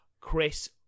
Chris